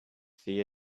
see